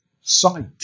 sight